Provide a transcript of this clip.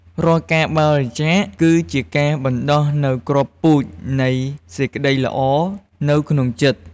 រាល់ការបរិច្ចាគ គឺជាការបណ្ដុះនូវគ្រាប់ពូជនៃសេចក្ដីល្អនៅក្នុងចិត្ត។